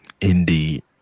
indeed